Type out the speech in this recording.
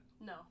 No